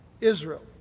Israel